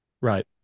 Right